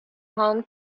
home